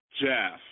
Jeff